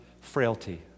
frailty